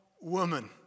woman